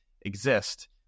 exist